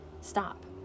stop